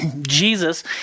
Jesus